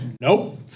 nope